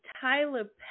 Tyler